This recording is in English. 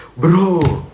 bro